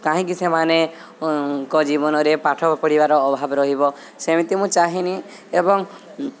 କାହିଁକି ସେମାନଙ୍କ ଜୀବନରେ ପାଠ ପଢ଼ିବାର ଅଭାବ ରହିବ ସେମିତି ମୁଁ ଚାହିଁନି ଏବଂ